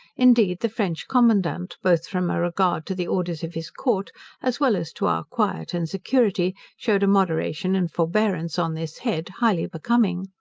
indeed the french commandant, both from a regard to the orders of his court as well as to our quiet and security, shewed a moderation and forbearance on this head highly becoming.